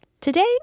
Today